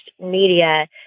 media